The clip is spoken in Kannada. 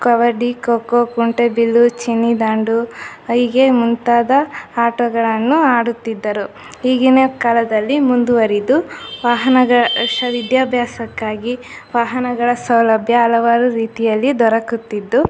ಕಬಡ್ಡಿ ಖೋ ಖೋ ಕುಂಟೆಬಿಲ್ಲೆ ಚಿನ್ನಿದಾಂಡು ಹೀಗೆ ಮುಂತಾದ ಆಟಗಳನ್ನು ಆಡುತ್ತಿದ್ದರು ಈಗಿನ ಕಾಲದಲ್ಲಿ ಮುಂದುವರಿದು ವಾಹನಗ ಶ ವಿದ್ಯಾಭ್ಯಾಸಕ್ಕಾಗಿ ವಾಹನಗಳ ಸೌಲಭ್ಯ ಹಲವಾರು ರೀತಿಯಲ್ಲಿ ದೊರಕುತ್ತಿದ್ದು